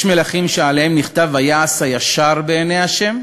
יש מלכים שעליהם נכתב "ויעש הישר בעיני ה'",